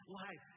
life